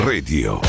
Radio